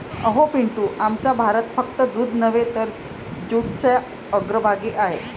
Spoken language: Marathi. अहो पिंटू, आमचा भारत फक्त दूध नव्हे तर जूटच्या अग्रभागी आहे